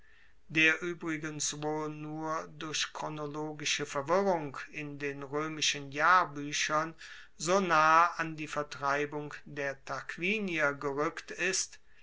der uebrigens wohl nur durch chronologische verwirrung in den roemischen jahrbuechern so nahe an die vertreibung der tarquinier gerueckt ist